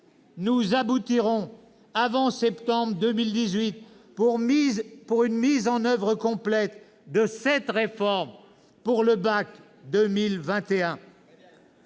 Nous aboutirons avant septembre 2018 pour une mise en oeuvre complète de cette réforme à compter du bac 2021.